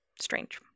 Strange